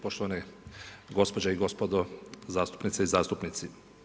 Poštovane gospođe i gospodo zastupnice i zastupnici.